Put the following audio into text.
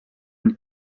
une